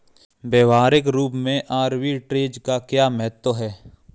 व्यवहारिक रूप में आर्बिट्रेज का क्या महत्व है?